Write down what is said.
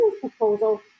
proposal